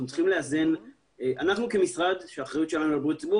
אנחנו כמשרד שהאחריות שלנו היא על בריאות הציבור,